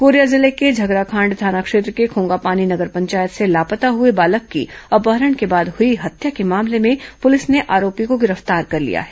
Korea जिले के झगराखांड थाना क्षेत्र में खोंगापानी नगर पंचायत से लापता हुए बालक की अपहरण के बाद हुई हत्या के मामले में पुलिस ने आरोपी को गिरफ्तार कर लिया है